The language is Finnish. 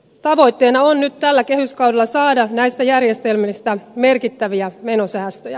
tavoitteena on nyt tällä kehyskaudella saada näistä järjestelmistä merkittäviä menosäästöjä